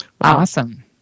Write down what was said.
awesome